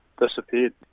disappeared